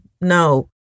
no